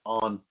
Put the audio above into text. on